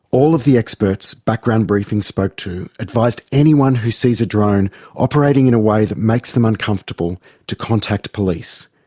all of the experts background briefing spoke to advised anyone who sees a drone operating in a way that makes them uncomfortable to contact police.